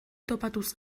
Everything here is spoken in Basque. topatuz